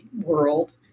world